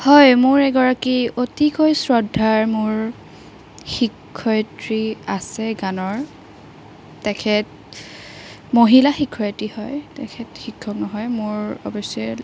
হয় মোৰ এগৰাকী অতিকৈ শ্ৰদ্ধাৰ মোৰ শিক্ষয়িত্ৰী আছে গানৰ তেখেত মহিলা শিক্ষয়িত্ৰী হয় তেখেত শিক্ষক নহয় মোৰ অৱশ্যে